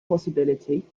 possibility